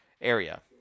area